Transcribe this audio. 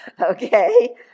Okay